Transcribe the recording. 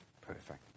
Perfect